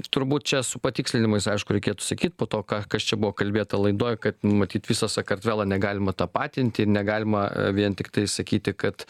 turbūt čia su patikslinimais aišku reikėtų sakyt po to ką kas čia buvo kalbėta laidoj kad matyt visą sakartvelą negalima tapatinti ir negalima vien tiktai sakyti kad